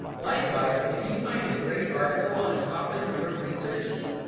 likewise if you find a great article on a topic you're researching,